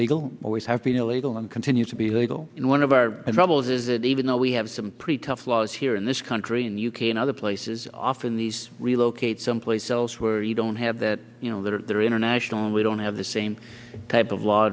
illegal always have been illegal and continues to be legal in one of our the rebels is that even though we have some pretty tough laws here in this country in the u k and other places often these relocate someplace else where you don't have that you know that they're international and we don't have the same type of law